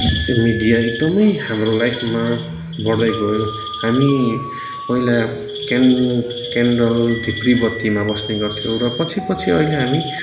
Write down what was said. यो मिडिया एकदमै हाम्रो लाइफमा बढ्दै गयो हामी पहिला क्यान क्यान्डल ढिप्री बत्तीमा बस्ने गर्थ्यौँ र पछि पछि अहिले हामी